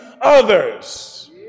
others